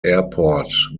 airport